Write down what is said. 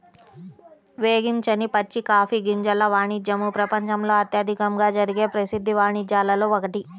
వేగించని పచ్చి కాఫీ గింజల వాణిజ్యము ప్రపంచంలో అత్యధికంగా జరిగే ప్రసిద్ధ వాణిజ్యాలలో ఒకటి